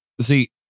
See